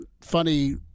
funny